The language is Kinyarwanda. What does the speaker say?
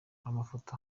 amafoto